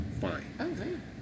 fine